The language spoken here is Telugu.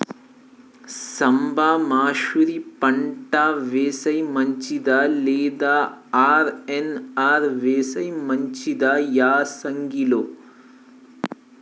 సాంబ మషూరి పంట వేస్తే మంచిదా లేదా ఆర్.ఎన్.ఆర్ వేస్తే మంచిదా యాసంగి లో?